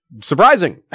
surprising